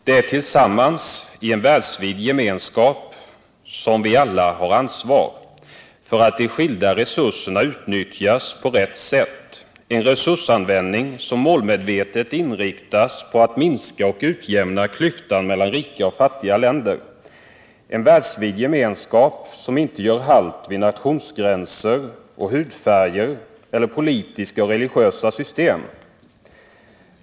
Det är tillsammans, i en världsvid gemenskap, som vi alla har ansvar för att de skilda resurserna utnyttjas på rätt sätt, att vi får en resursanvändning som målmedvetet inriktas på att minska och utjämna klyftan mellan rika och fattiga länder. Det krävs en världsvid gemenskap som inte gör halt vid nationsgränser och hudfärger eller vid politiska eller religiösa system.